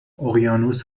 اقیانوس